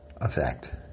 effect